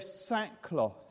sackcloth